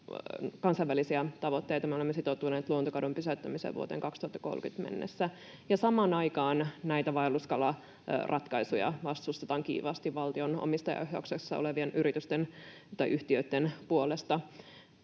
kansainvälisiä tavoitteitamme, me olemme sitoutuneet luontokadon pysäyttämiseen vuoteen 2030 mennessä, ja samaan aikaan näitä vaelluskalaratkaisuja vastustetaan kiivaasti valtion omistajaohjauksessa olevien yhtiöitten puolesta.